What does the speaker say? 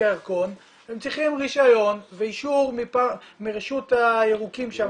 הירקון הם צריכים רישיון ואישור מרשות הירוקים שם,